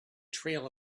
trail